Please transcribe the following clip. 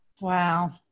Wow